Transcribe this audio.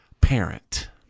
parent